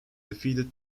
defeated